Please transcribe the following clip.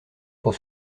pour